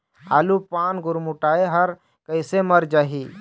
आलू पान गुरमुटाए हर कइसे मर जाही?